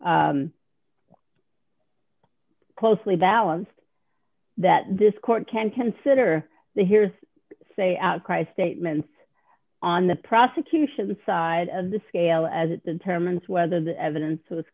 as closely balanced that this court can consider the hears say outcry statements on the prosecution side of the scale as it determines whether the evidence was